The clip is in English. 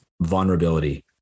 vulnerability